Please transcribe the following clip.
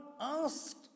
asked